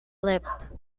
lip